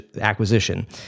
acquisition